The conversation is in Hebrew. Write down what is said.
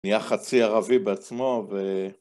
נהיה חצי ערבי בעצמו ו...